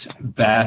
best